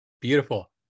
Beautiful